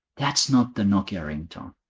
that's not the nokia ringtone.